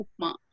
upma